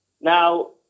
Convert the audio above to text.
Now